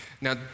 Now